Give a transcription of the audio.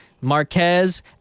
Marquez